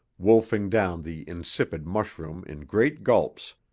wolfing down the insipid mushroom in great gulps,